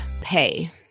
pay